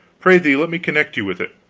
prithee let me connect you with it.